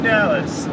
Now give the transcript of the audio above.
Dallas